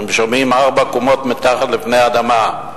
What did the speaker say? ארבע קומות מתחת לפני האדמה.